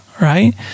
right